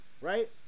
Right